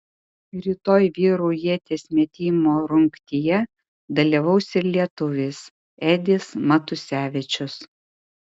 rytoj vyrų ieties metimo rungtyje dalyvaus ir lietuvis edis matusevičius